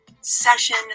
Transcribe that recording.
session